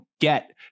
get